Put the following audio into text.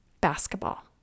basketball